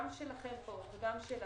גם שלכם פה וגם שלנו,